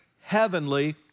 heavenly